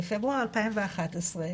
בפברואר 2011,